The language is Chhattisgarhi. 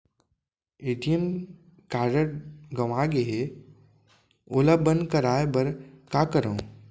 ए.टी.एम कारड गंवा गे है ओला बंद कराये बर का करंव?